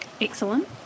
Excellent